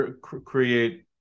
create